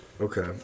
Okay